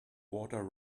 water